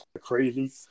crazy